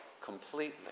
completely